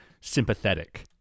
sympathetic